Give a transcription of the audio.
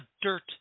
dirt